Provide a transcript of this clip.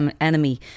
Enemy